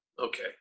okay